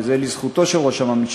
וזה לזכותו של ראש הממשלה,